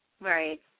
Right